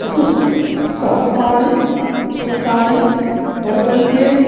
चतुस्सहस्राणि सूत्राणि वर्तन्ते